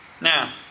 Now